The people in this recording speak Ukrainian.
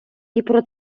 про